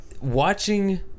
watching